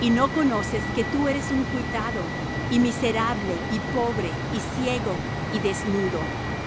y no conoces que tú eres un cuitado y miserable y pobre y ciego y desnudo